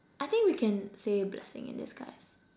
I think we can say blessing in disguise